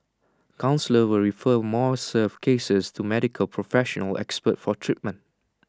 counsellors will refer more severe cases to Medical professional experts for treatment